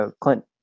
Clint